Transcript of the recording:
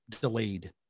delayed